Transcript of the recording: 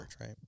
right